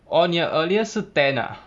orh 你的 earliest 是 ten ah